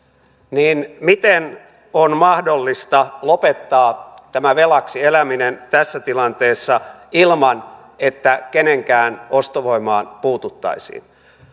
miten on mahdollista lopettaa tämä velaksi eläminen tässä tilanteessa ilman että kenenkään ostovoimaan puututtaisiin